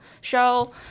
show